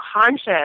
conscious